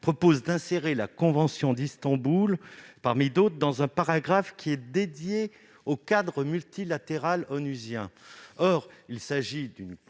proposée tend à insérer la convention d'Istanbul, parmi d'autres, dans un paragraphe dédié au cadre multilatéral onusien. Or il s'agit d'une